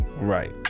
right